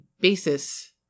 basis